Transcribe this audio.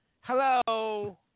Hello